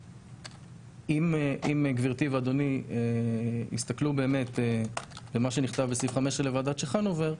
אם גברתי ואדוני הסתכלו באמת במה שנכתב בסעיף 15 בוועדת צ'חנובר,